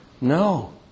No